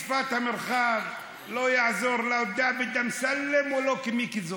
שאתה תשמור עליי.